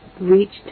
reached